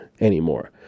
anymore